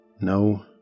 No